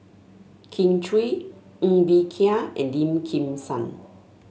Kin Chui Ng Bee Kia and Lim Kim San